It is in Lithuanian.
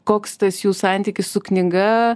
koks tas jų santykis su knyga